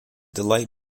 delight